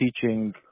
teaching